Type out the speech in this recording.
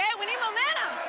yeah we need momentum,